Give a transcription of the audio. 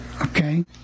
Okay